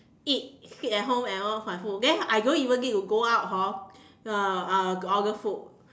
eat sit at home and on my phone then I don't even need to go out hor uh uh to order food